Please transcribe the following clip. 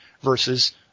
versus